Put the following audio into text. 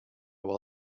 will